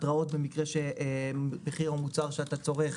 התראות במקרה שמחיר המוצר שאתה צורך,